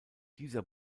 dieser